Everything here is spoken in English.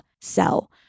sell